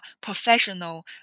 professional